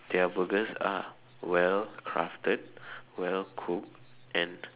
their burgers are well crafted well cooked and